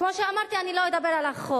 כמו שאמרתי, אני לא אדבר על החוק,